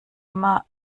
immer